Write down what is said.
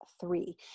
three